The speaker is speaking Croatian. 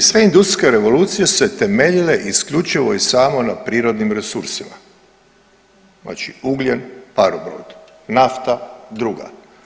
Sve industrijske revolucije su se temeljile isključivo i samo na prirodnim resursima znači ugljen, parobrod, nafta druga.